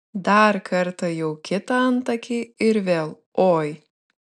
dar kartą jau kitą antakį ir vėl oi